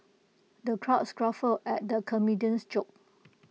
the crowd guffawed at the comedian's jokes